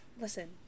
Listen